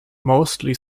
mostly